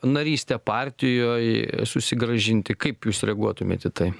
narystę partijoj susigrąžinti kaip jūs reaguotumėt į tai